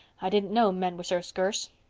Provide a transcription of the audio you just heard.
i didn't know men were so skurse.